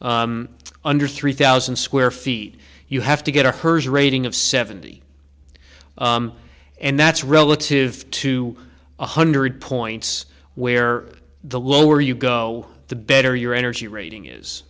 under three thousand square feet you have to get a hearse rating of seventy and that's relative to one hundred points where the lower you go the better your energy rating is